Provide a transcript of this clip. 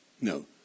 No